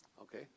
Okay